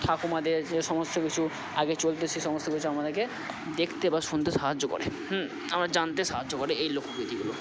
ঠাকুমাদের যে সমস্ত কিছু আগে চলত সে সমস্ত কিছু আমাদেরকে দেখতে বা শুনতে সাহায্য করে আবার জানতে সাহায্য করে এই লোকগীতিগুলো